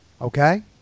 Okay